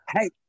Hey